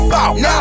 Now